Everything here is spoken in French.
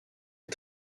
est